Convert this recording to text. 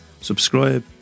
subscribe